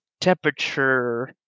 temperature